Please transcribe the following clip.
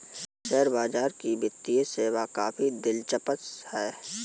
share बाजार की वित्तीय सेवा काफी दिलचस्प है